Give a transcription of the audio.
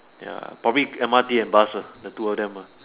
ya probably M_R_T and bus ah the two of them ah